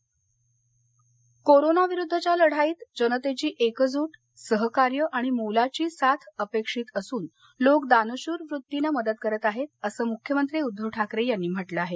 निधी corona विरुद्धच्या लढाईत जनतेची एकजूट सहकार्य आणि मोलाची साथ अपेक्षित असून लोक दानशूर वृत्तीनं मदत करत आहेत असं मुख्यमंत्री उद्दव ठाकरे यांनी म्हटलं आहे